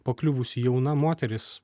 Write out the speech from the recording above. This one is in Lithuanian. pakliuvusi jauna moteris